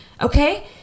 okay